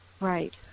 right